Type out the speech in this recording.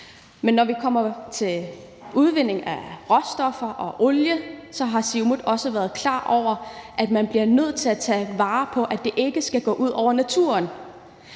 Men når vi kommer til udvinding af råstoffer og olie, har Siumut også været klar over, at man bliver nødt til at tage vare på, at det ikke skal gå ud over naturen.